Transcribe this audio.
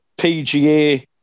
PGA